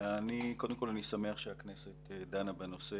קודם כל אני שמח שהכנסת דנה בנושא,